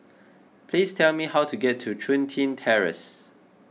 please tell me how to get to Chun Tin Terrace